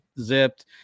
zipped